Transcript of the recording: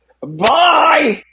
Bye